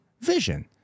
vision